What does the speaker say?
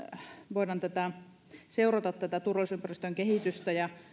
voidaan seurata turvallisuusympäristön kehitystä ja